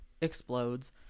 explodes